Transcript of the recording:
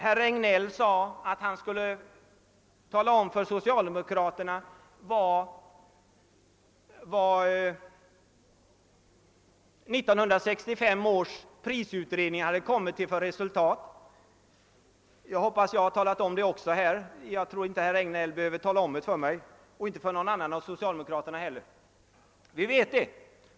Herr Regnéll sade att han skulle tala om för socialdemokraterna vilket resultat 1965 års prisutredning kommit till. Jag hoppas att även jag har klargjort det. Jag tror inte att herr Regnéll behöver omtala det för vare sig mig eller någon annan av socialdemokraterna i utskottet.